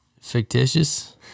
fictitious